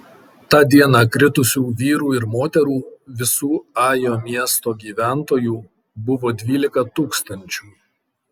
tą dieną kritusių vyrų ir moterų visų ajo miesto gyventojų buvo dvylika tūkstančių